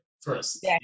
first